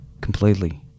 completely